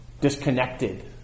disconnected